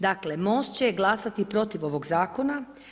Dakle MOST će glasati protiv ovog zakona.